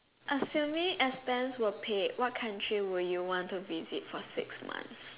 assuming expense were paid what country would you want to visit for six months